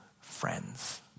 friends